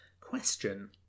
Question